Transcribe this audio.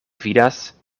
vidas